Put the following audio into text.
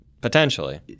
potentially